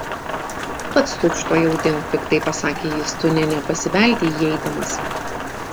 pats tučtuojau dink piktai pasakė jis tu nė nepasibeldei įeidamas